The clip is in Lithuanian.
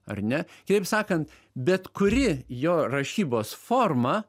ar ne kitaip sakant bet kuri jo rašybos forma